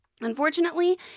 unfortunately